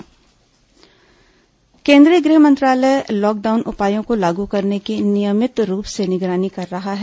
corona गृह मंत्रालय media केन्द्रीय गृह मंत्रालय लॉकडाउन उपायों को लागू करने की नियमित रूप से निगरानी कर रहा है